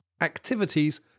activities